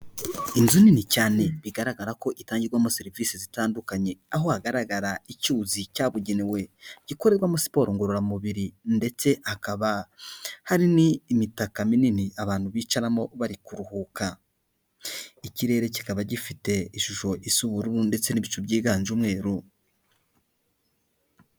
Inzu nini cyane bigaragara ko itangirwamo serivisi zitandukanye aho hagaragara icyuzi cyabugenewe, gikorerwamo siporo ngororamubiri ndetse hakaba hari n'imitaka minini abantu bicaramo bari kuruhuka. Ikirere kikaba gifite ishusho isa ubururu ndetse n'ibicu byiganje umweru.